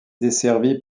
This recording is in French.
desservie